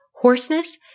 hoarseness